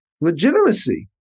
legitimacy